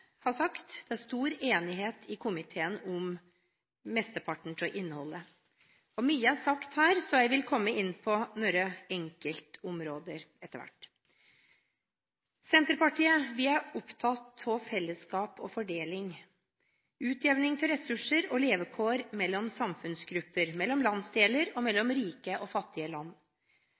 det stor enighet i komiteen om mesteparten av innholdet. Mye er sagt her, og jeg vil komme inn på noen enkeltområder etter hvert. Senterpartiet er opptatt av fellesskap og fordeling, utjevning av ressurser og levekår mellom samfunnsgrupper, mellom landsdeler og mellom rike og fattige land.